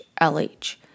LH